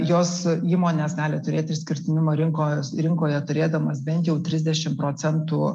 jos įmonės gali turėti išskirtinumą rinkos rinkoje turėdamas bent jau trisdešimt procentų